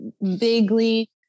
vaguely